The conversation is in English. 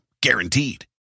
Guaranteed